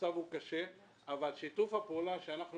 המצב הוא קשה אבל שיתוף הפעולה שאנחנו